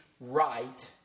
Right